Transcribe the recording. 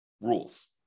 rules